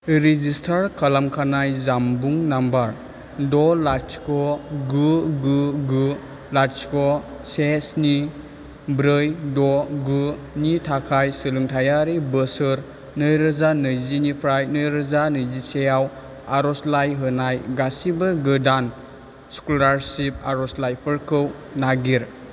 register खालामखानाय जामबुं number द' लाथिख' गु गु गु लाथिख' से स्नि ब्रै द' गु नि थाखाय सोलोंथायारि बोसोर नैरोजा नैजि निफ्राय नैरोजा नैजिसेआव आर'जलाइ होनाय गासिबो गोदान स्क'लारसिप आर'जलाइफोरखौ नागिर